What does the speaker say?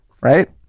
right